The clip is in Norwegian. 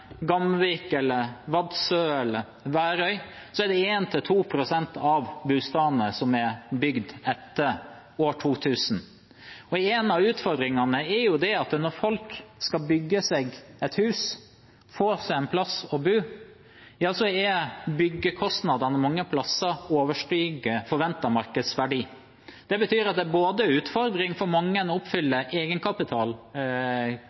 bygd etter år 2000. En av utfordringene er at når folk skal bygge seg et hus og få seg en plass å bo, vil byggekostnadene mange steder overstige forventet markedsverdi. Det betyr at det blir en utfordring for mange